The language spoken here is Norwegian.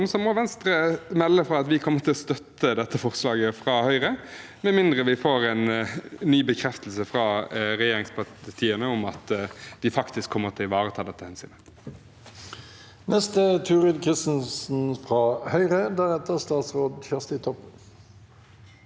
må Venstre melde at vi kommer til å støtte dette forslaget fra Høyre, med mindre vi får en ny bekreftelse fra regjeringspartiene om at de faktisk kommer til å ivareta dette hensynet. Turid Kristensen (H) Jeg hadde egentlig